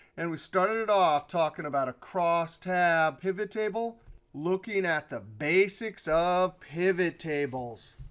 and we started it off talking about a crosstab pivottable looking at the basics of pivottables.